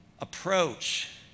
approach